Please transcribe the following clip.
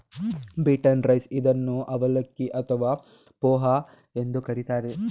beaten rice ಇದನ್ನು ಅವಲಕ್ಕಿ ಅಥವಾ ಪೋಹ ಎಂದು ಕರಿತಾರೆ